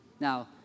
Now